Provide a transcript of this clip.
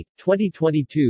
2022